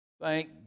Thank